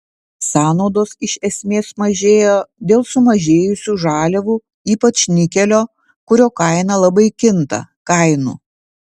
sąnaudos iš esmės mažėjo dėl sumažėjusių žaliavų ypač nikelio kurio kaina labai kinta kainų